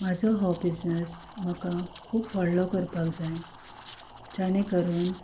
म्हजो हो बिझनस म्हाका खूब व्हडलो करपाक जाय जेणें करून